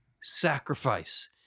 sacrifice